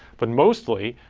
but mostly,